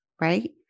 right